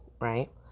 right